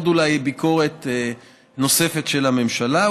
עוד אולי ביקורת נוספת של הממשלה,